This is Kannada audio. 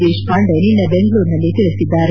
ದೇಶಪಾಂಡೆ ನಿನ್ನೆ ದೆಂಗಳೂರಿನಲ್ಲಿ ತಿಳಿಸಿದ್ದಾರೆ